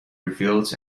reveals